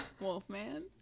Wolfman